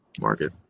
market